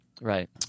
Right